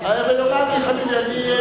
ויאמר לי: חביבי,